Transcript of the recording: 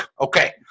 Okay